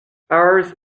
ours